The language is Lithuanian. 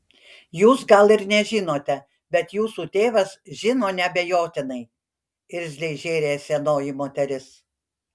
jūs gal ir nežinote bet jūsų tėvas žino neabejotinai irzliai žėrė senoji moteris